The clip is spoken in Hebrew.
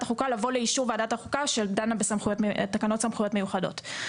החוקה ולבוא לאישור ועדת החוקה שדנה בתקנות סמכויות מיוחדות.